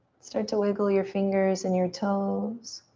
start to wiggle your fingers and your toes.